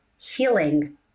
healing